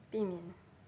避免